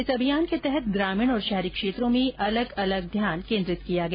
इस अभियान के तहत ग्रामीण और शहरी क्षेत्रो में अलग अलग ध्यान केन्द्रित किया गया